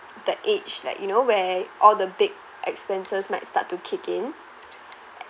the age like you know where all the big expenses might start to kick in